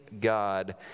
God